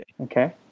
Okay